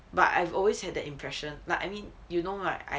but I've always had the impression like I mean you know right I